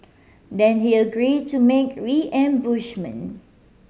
then he agree to make reimbursement